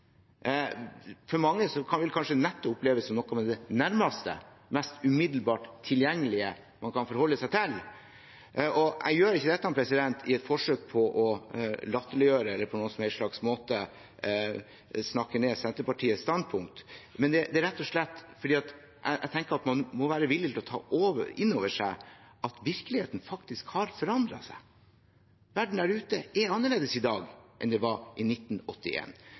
For mange kan vel kanskje nettet oppleves som noe av det nærmeste, mest umiddelbart tilgjengelige man kan forholde seg til. Jeg gjør ikke dette i et forsøk på å latterliggjøre eller på noen som helst slags måte snakke ned Senterpartiets standpunkt, men det er rett og slett fordi jeg tenker at man må være villig til å ta inn over seg at virkeligheten faktisk har forandret seg. Verden der ute er annerledes i dag enn den var i 1981. Nærpolitibegrepet er et annet i dag enn det var i